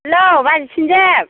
hello बाजै सिन्जेब